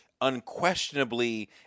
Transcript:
unquestionably